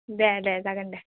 दे दे जागोन दे